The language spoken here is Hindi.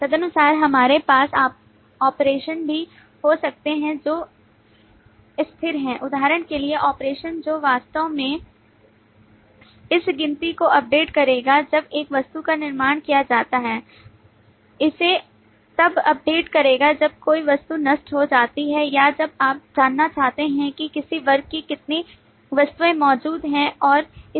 तदनुसार हमारे पास ऑपरेशन भी हो सकते हैं जो स्थिर हैं उदाहरण के लिए ऑपरेशन जो वास्तव में इस गिनती को अपडेट करेगा जब एक वस्तु का निर्माण किया जाता है इसे तब अपडेट करेगा जब कोई वस्तु नष्ट हो जाती है या जब आप जानना चाहते हैं कि किसी वर्ग की कितनी वस्तुएं मौजूद हैं और इसी तरह